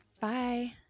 Bye